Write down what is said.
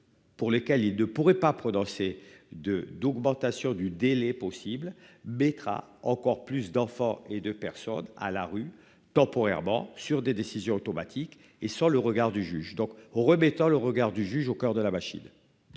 Pour lesquels les deux pourrait pas. De d'augmentation du délai possible mettra encore plus d'enfants et de personnes à la rue temporairement sur des décisions automatique et sans le regard du juge donc remettant le regard du juge au coeur de la machine.